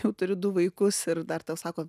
jau turi du vaikus ir dar tau sako